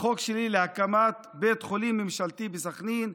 שלי להקמת בית חולים ממשלתי בסח'נין,